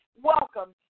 Welcome